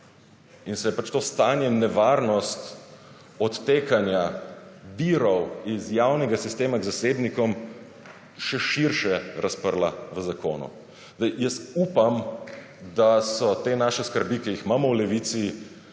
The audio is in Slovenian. in se je to stanje nevarnost odtekanja virov iz javnega sistema k zasebnikom še širše razprla v zakonu. Jaz upam, da so te naše skrbi, ki jih imamo v Levici,